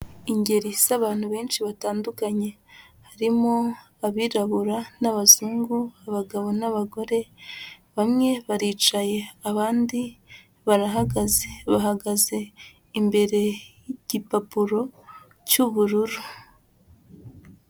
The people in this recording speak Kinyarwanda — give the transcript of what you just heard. Ingeri z'abantu benshi batandukanye, harimo abirabura n'abazungu, abagabo n'abagore, bamwe baricaye abandi barahagaze, bahagaze imbere y'igipapuro cy'ubururu.